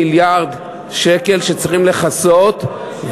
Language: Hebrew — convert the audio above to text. הבעיה היא שיש לנו חור של 40 מיליארד שקל שצריכים לכסות,